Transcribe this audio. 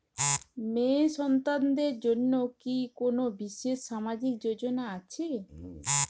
মেয়ে সন্তানদের জন্য কি কোন বিশেষ সামাজিক যোজনা আছে?